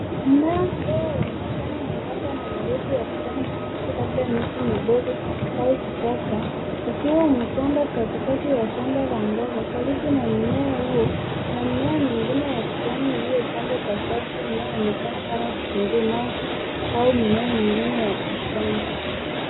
Mmea mdogo wenye majani membamba na mrefu ya kijani kibichi labda miti midogo au kichaka ukiwa umepandwa katikati ya shamba la mboga. Karibu na mmea huo kuna mimea mingine ya kijani iliyo pandwa kwa safu inayoonekana kama kitunguu maji au mimea mingine ya bustani.